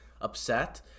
upset